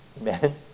Amen